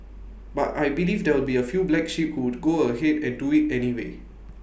but I believe there will be A few black sheep who would go ahead and do IT anyway